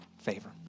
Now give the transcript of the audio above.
favor